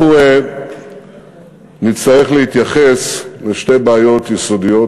אנחנו נצטרך להתייחס לשתי בעיות יסודיות,